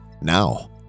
now